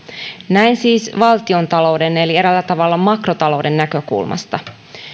näin siis valtiontalouden eli eräällä tavalla makrotalouden näkökulmasta